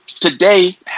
today